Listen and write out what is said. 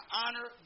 honor